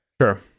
sure